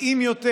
מתאים יותר.